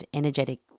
energetic